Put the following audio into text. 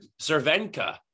Cervenka